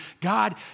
God